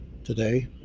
today